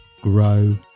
grow